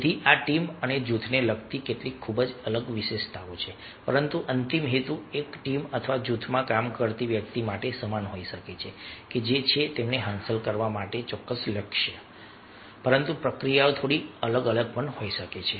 તેથી આ ટીમ અને જૂથને લગતી કેટલીક ખૂબ જ અલગ વિશેષતાઓ છે પરંતુ અંતિમ હેતુ એક ટીમ અથવા જૂથમાં કામ કરતી વ્યક્તિ માટે સમાન હોઈ શકે છે કે જે તેમને હાંસલ કરવા માટે ચોક્કસ લક્ષ્ય છે પરંતુ પ્રક્રિયા થોડી અલગ હોઈ શકે છે